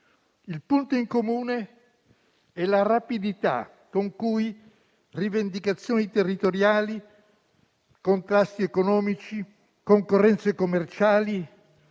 Il punto in comune è la rapidità con cui rivendicazioni territoriali, contrasti economici, concorrenze commerciali